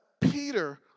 Peter